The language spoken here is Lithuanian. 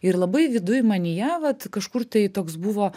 ir labai viduj manyje vat kažkur tai toks buvo